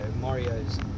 Mario's